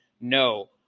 no